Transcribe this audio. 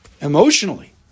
emotionally